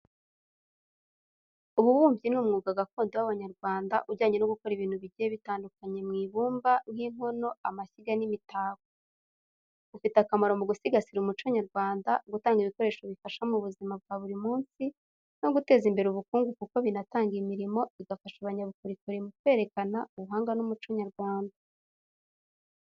Ububumbyi ni umwuga gakondo w’Abanyarwanda ujyanye no gukora ibintu bigiye bitandukanye mu ibumba, nk’inkono, amashyiga, n’imitako. Ufite akamaro mu gusigasira umuco nyarwanda, gutanga ibikoresho bifasha mu buzima bwa buri munsi, no guteza imbere ubukungu kuko binatanga imirimo, bigafasha abanyabukorikori mu kwerekana ubuhanga n’umuco nyarwanda.